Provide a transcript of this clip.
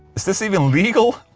is this even legal?